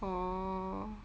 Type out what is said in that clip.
oh